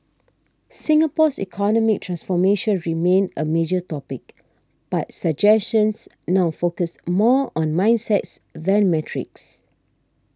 Singapore's economic transformation remained a major topic but suggestions now focused more on mindsets than metrics